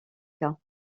cas